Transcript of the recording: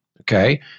Okay